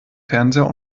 fernseher